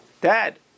dad